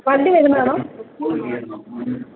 വണ്ടി വരുന്നതാണോ